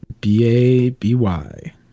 B-A-B-Y